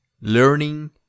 learning